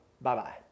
Bye-bye